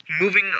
moving